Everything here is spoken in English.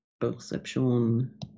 Perception